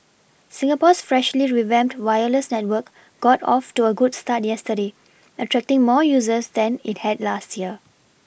Singapore's freshly revamped wireless network got off to a good start yesterday attracting more users than it had last year